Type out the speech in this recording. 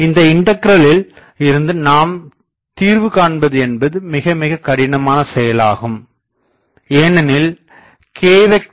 இந்த இண்டகிரலில் இருந்து நாம் தீர்வுகாண்பது என்பது மிக மிக கடினமான செயலாகும் ஏனெனில்k